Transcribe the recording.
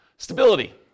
Stability